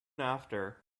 after